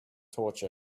torture